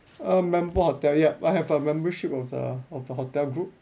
err member hotel yup I have a membership of the of the hotel group